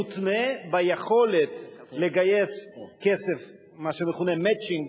מותנה ביכולת לגייס כסף "מצ'ינג",